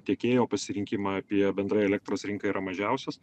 tiekėjo pasirinkimą apie bendrai elektros rinką yra mažiausios